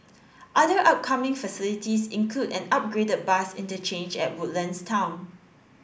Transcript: other upcoming facilities include an upgraded bus interchange at Woodlands town